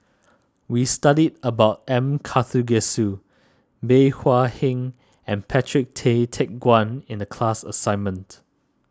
we studied about M Karthigesu Bey Hua Heng and Patrick Tay Teck Guan in the class assignment